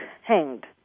hanged